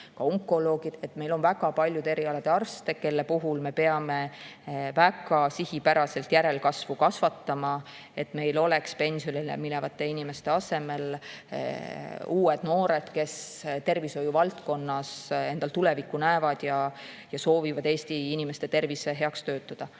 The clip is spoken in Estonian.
ka onkoloogid. Meil on väga paljude erialade arste, kelle järelkasvu me peame väga sihipäraselt kasvatama, et meil oleks pensionile minevate inimeste asemel uued noored, kes näevad tervishoiuvaldkonnas enda tulevikku ja soovivad Eesti inimeste tervise heaks töötada.